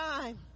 time